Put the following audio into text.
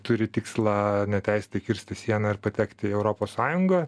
turi tikslą neteisėtai kirsti sieną ir patekti į europos sąjungą